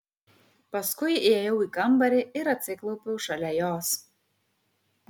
paskui įėjau į kambarį ir atsiklaupiau šalia jos